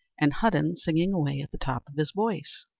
and hudden singing away at the top of his voice.